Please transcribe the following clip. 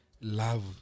love